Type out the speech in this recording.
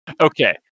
Okay